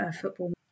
football